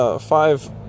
five